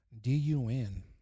D-U-N